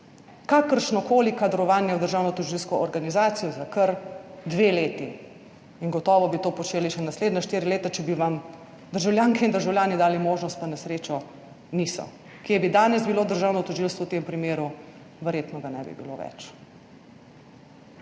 kakršnokoli kadrovanje v državno tožilsko organizacijo za kar dve leti. In gotovo bi to počeli še naslednja štiri leta, če bi vam državljanke in državljani dali možnost, pa na srečo niso. Kje bi danes bilo državno tožilstvo v tem primeru? Verjetno ga ne bi bilo več.